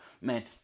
man